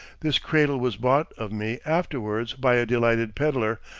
this cradle was bought of me afterwards by a delighted peddler,